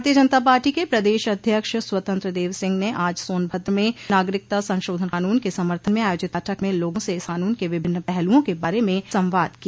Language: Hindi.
भारतीय जनता पार्टी के प्रदश अध्यक्ष स्वतंत्रदेव सिंह ने आज सोनभद्र में नागरिकता संशोधन कानून के समर्थन में आयोजित बैठक में लोगों से इस क़ानून के विभिन्न पहलुओं के बारे में संवाद किया